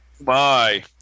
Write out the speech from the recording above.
Bye